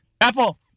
apple